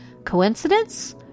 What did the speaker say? Coincidence